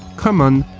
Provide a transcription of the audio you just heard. common,